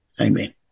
Amen